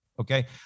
okay